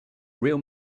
real